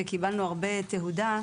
וקיבלנו הרבה תהודה,